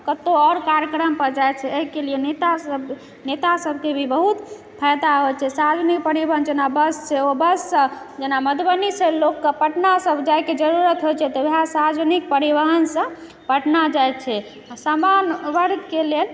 कतौ आओर कार्यक्रमपर जाइत छै एहिके लिए नेता सब नेता सबके भी बहुत फायदा होइत छै सार्वजनिक परिवहन जेना बस सेहो बससँ जेना मधुबनीसँ लोककेँ पटना सब जाए कऽ जरुरत होइत छै तऽ वएह सार्वजनिक परिवहनसँ पटना जाइत छै हँ सामान्य वर्गके लेल